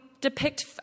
depict